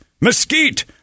mesquite